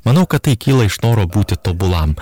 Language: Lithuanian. manau kad tai kyla iš noro būti tobulam